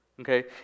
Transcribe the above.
Okay